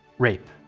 rape.